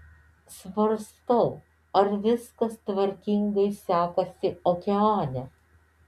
svarstau ar viskas tvarkingai sekasi okeane